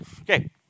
Okay